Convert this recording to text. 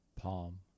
palm